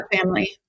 family